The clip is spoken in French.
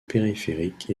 périphérique